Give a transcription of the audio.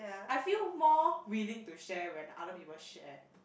I feel more willing to share when other people share